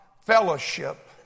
fellowship